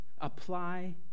apply